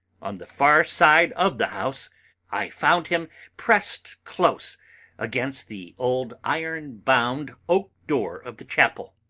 on the far side of the house i found him pressed close against the old ironbound oak door of the chapel.